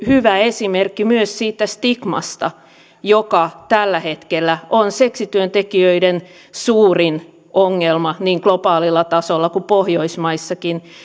hyvä esimerkki myös siitä stigmasta joka tällä hetkellä on seksityöntekijöiden suurin ongelma niin globaalilla tasolla kuin pohjoismaissakin